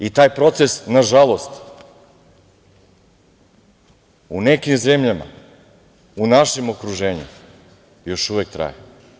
I taj proces, nažalost, u nekim zemljama u našem okruženju još uvek traje.